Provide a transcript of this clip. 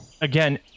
again